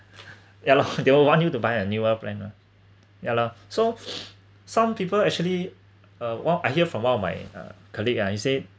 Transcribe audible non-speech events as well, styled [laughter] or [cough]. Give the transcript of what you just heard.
ya loh they will want you to buy a new wealth plan ah ya lah so [breath] some people actually uh what I hear from one of my uh colleague ah he said